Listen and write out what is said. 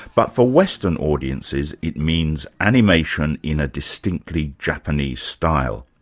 but for western audiences, it means animation in a distinctly japanese style.